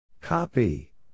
Copy